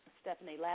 Stephanie